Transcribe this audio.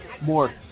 more